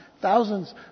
thousands